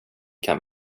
kan